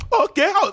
okay